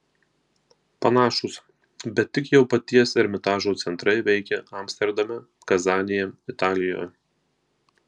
panašūs bet tik jau paties ermitažo centrai veikia amsterdame kazanėje italijoje